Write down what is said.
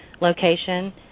location